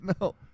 No